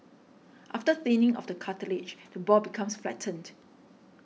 after thinning of the cartilage the ball becomes flattened